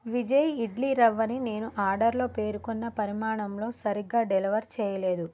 విజయ్ ఇడ్లీ రవ్వని నేను ఆడర్లో పేర్కొన్న పరిమాణంలో సరిగ్గా డెలివర్ చేయలేదు